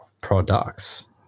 Products